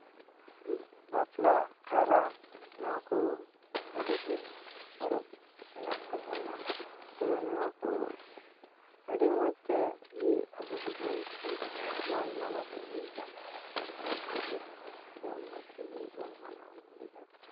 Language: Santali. ᱵᱟᱯᱞᱟ ᱠᱟᱨᱟᱢ ᱱᱚᱣᱟ ᱠᱚ ᱟᱹᱰᱤ ᱰᱷᱮᱨ ᱯᱚᱨᱚᱵᱽ ᱢᱮᱱᱟᱜ ᱛᱟᱵᱚᱱᱟ ᱛᱚ ᱱᱚᱣᱟ ᱠᱚ ᱟᱹᱰᱤ ᱢᱚᱡᱽ ᱛᱮ ᱡᱮ ᱟᱵᱚ ᱫᱚᱵᱚᱱ ᱢᱟᱱ ᱢᱟᱱᱚᱛ ᱟᱹᱜᱩᱭᱮᱫᱟ ᱟᱹᱰᱤ ᱫᱤᱱ ᱠᱷᱚᱡ ᱜᱮ ᱟᱫᱚ ᱢᱚᱡᱽ ᱛᱮᱜᱮ ᱵᱚᱱ ᱢᱟᱱᱟᱣ ᱟᱹᱜᱩᱭᱮᱫᱟ